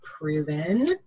proven